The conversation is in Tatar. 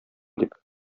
дип